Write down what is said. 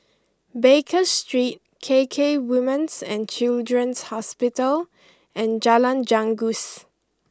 Baker Street K K Women's and Children's Hospital and Jalan Janggus